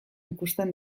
ikusten